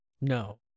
No